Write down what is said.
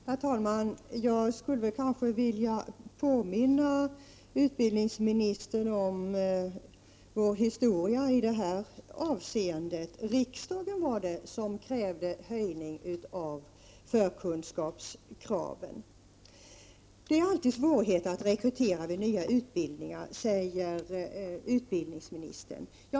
Herr talman! Jag skulle vilja påminna utbildningsministern om vår historia i detta avseende. Det var nämligen riksdagen som krävde en höjning av förkunskapskraven. Det är alltid svårt att rekrytera elever till nya utbildningar, säger utbildningsministern.